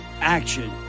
action